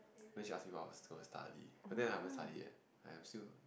then she ask me what I was going to study I think I haven't study yet I am still